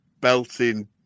belting